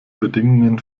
bedingungen